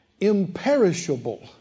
imperishable